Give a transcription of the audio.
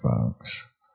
folks